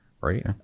right